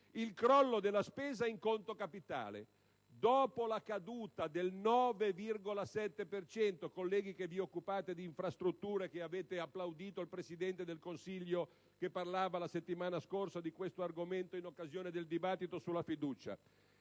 il crollo della spesa in conto capitale. Dopo la caduta del 9,7 per cento - colleghi che vi occupate di infrastrutture e che avete applaudito il Presidente del Consiglio che parlava la settimana scorsa di questo argomento in occasione del dibattito sulla fiducia